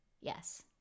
Yes